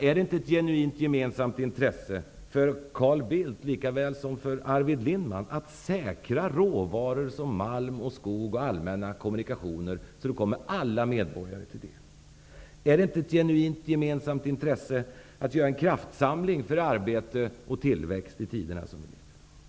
Är det inte ett genuint gemensamt intresse för Carl Bildt, likväl som för Arvid Lindman, att säkra råvaror som malm och skog och allmänna kommunikationer så att de kommer alla medborgare till del? Är det inte ett genuint gemensamt intresse att göra en kraftsamling för arbete och tillväxt i de tider vi lever i i dag?